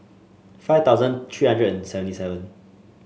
five thousand three hundred and seventy seven